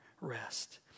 rest